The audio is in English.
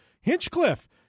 Hinchcliffe